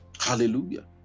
Hallelujah